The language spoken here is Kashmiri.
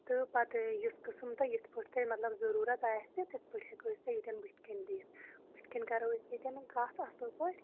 تہٕ پَتہٕ یُس قٕسٕم تۄہہِ یِتھ پٲٹھۍ تۄہہِ مطلب ضروٗرت آسہِ تِتھۍ پٲٹھۍ ہیٚکو أسۍ تۄہہِ ییٚتٮ۪ن بٕتھِ کَنۍ دِتھ بٕتھِ کَنۍ کَرو أسۍ ییٚتٮ۪ن کَتھ اَصٕل پٲٹھۍ